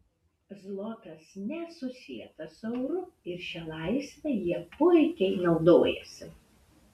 zlotas nesusietas su euru ir šia laisve jie puikiai naudojasi